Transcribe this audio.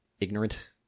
ignorant